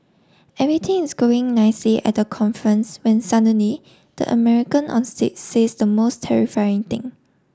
everything is going nicely at the conference when suddenly the American on stage says the most terrifying thing